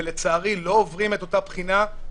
ולצערי לא עוברים את אותה בחינה.